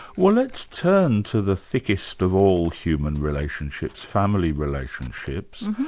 well let's turn to the thickest of all human relationships, family relationships,